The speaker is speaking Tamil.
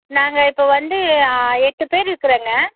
நாங்கள் இப்போ வந்து எட்டு பேர் இருக்கிறேங்க